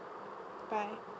bye